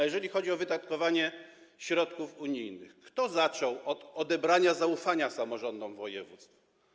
Jeżeli chodzi o wydatkowanie środków unijnych, to kto zaczął od odebrania zaufania samorządom województw?